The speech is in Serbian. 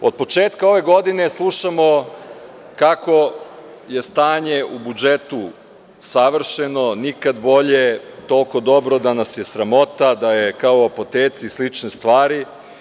Od početka ove godine slušamo kako je stanje u budžetu savršeno, nikad bolje, toliko dobro da nas je sramota, da je kao u apoteci i slične stvari.